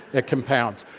it compounds.